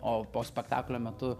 o po spektaklio metu